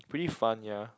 pretty fun yeah